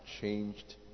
changed